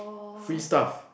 free stuff